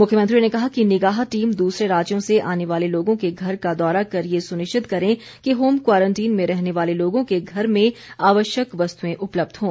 मुख्यमंत्री ने कहा कि निगाह टीम दूसरे राज्यों से आने वाले लोगों के घर का दौरा कर ये सुनिश्चित करें कि होम क्वारंटीन में रहने वाले लोगों के घर में आवश्यक वस्तुएं उपलब्ध हों